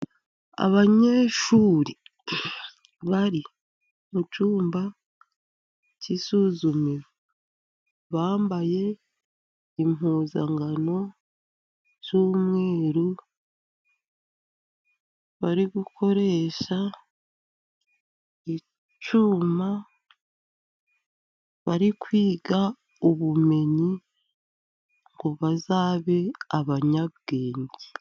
Abanyeshuri bari mu cyumba cy'isuzumiro, bambaye impuzankano z'umweru. Bari gukoresha icyuma, bari kwiga ubumenyi ngo bazabe abanyabwenge.